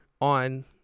on